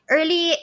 Early